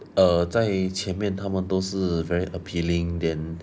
err 在前面他们都是 very appealing then